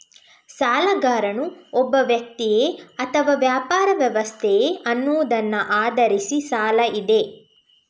ಸಾಲಗಾರನು ಒಬ್ಬ ವ್ಯಕ್ತಿಯೇ ಅಥವಾ ವ್ಯಾಪಾರ ವ್ಯವಸ್ಥೆಯೇ ಅನ್ನುವುದನ್ನ ಆಧರಿಸಿ ಸಾಲ ಇದೆ